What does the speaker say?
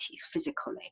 physically